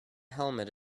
helmet